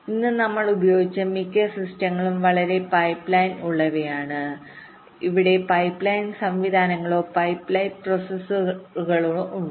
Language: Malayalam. ഇന്ന് നമ്മൾ ഉപയോഗിച്ച മിക്ക സിസ്റ്റങ്ങളും വളരെ പൈപ്പ് ലൈൻ ഉള്ളവയാണ് അവിടെ പൈപ്പ് ലൈൻ സംവിധാനങ്ങളോ പൈപ്പ് ലൈൻ പ്രോസസ്സറുകളോഉണ്ട്